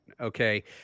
Okay